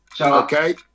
Okay